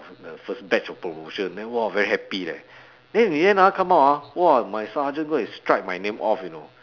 the first batch of promotion then !wah! very happy leh then in the end ah come out ah !wah! my sergeant go and strike my name off you know